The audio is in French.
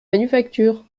manufactures